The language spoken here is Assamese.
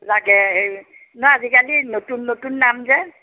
লাগে এই নহয় আজিকালি নতুন নতুন নাম যে